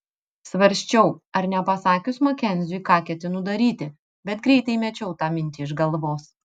svarsčiau ar nepasakius makenziui ką ketinu daryti bet greitai mečiau tą mintį iš galvos